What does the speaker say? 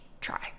try